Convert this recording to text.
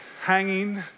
hanging